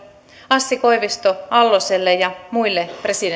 assi koivisto alloselle ja muille